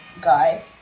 guy